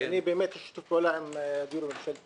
אני באמת בשיתוף פעולה עם הדיור הממשלתי,